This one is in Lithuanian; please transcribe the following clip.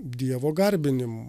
dievo garbinimu